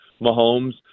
Mahomes